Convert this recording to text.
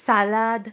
salad